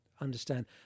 understand